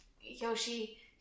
Yoshi